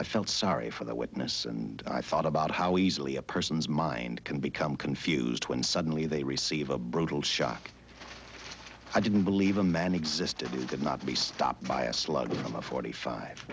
i felt sorry for the witness and i thought about how easily a person's mind can become confused when suddenly they receive a brutal shock i didn't believe a man existed who did not to be stopped by a slug from a forty five